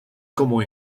como